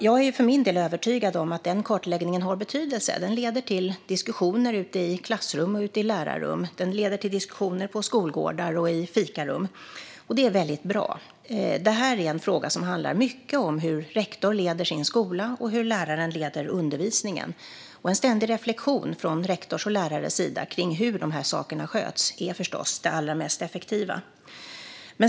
Jag är för min del övertygad om att denna kartläggning har betydelse. Den leder till diskussioner i klassrum, i lärarrum, på skolgårdar och i fikarum, och det är väldigt bra. Detta är en fråga som handlar mycket om hur rektorn leder sin skola och hur läraren leder undervisningen. En ständig reflektion från rektorns och lärarens sida kring hur dessa saker sköts är förstås det allra mest effektiva.